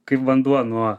kaip vanduo nuo